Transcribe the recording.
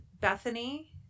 Bethany